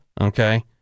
Okay